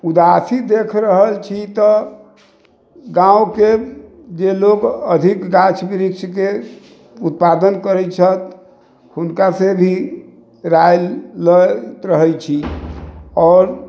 उदासी देख रहल छी तऽ गाँवके जे लोक अधिक गाछ वृक्षके उत्पादन करै छथि हुनकासँ भी राय लैत रहै छी आओर